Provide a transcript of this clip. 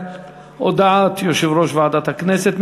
על הודעת יושב-ראש ועדת הכנסת.